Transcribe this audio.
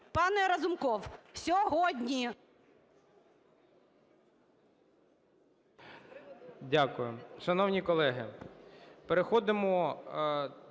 Дякую. Шановні колеги, переходимо